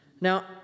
Now